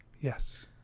Yes